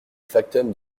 factum